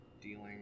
dealing